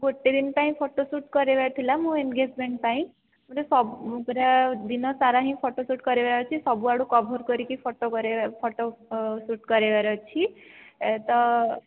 ଗୋଟେ ଦିନ ପାଇଁ ଫଟୋ ସୁଟ କରାଇବାର ଥିଲା ମୋ ଏନଗେଜମେଣ୍ଟ ପାଇଁ ପୁରା ଦିନ ସାରା ହିଁ ଫଟୋ ସୁଟ କରାଇବାର ଅଛି ସବୁ ଆଡ଼ୁ କଭର କରିକି ଫଟୋ କରେଇବା ଫଟୋ ସୁଟ କରାଇବାର ଅଛି ତ